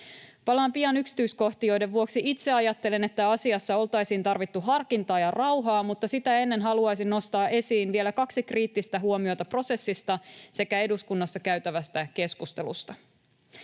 Palaan pian yksityiskohtiin, joiden vuoksi itse ajattelen, että asiassa oltaisiin tarvittu harkintaa ja rauhaa, mutta sitä ennen haluaisin nostaa esiin vielä kaksi kriittistä huomiota prosessista sekä eduskunnassa käytävästä keskustelusta.